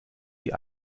die